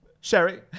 Sherry